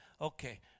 Okay